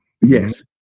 Yes